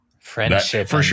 Friendship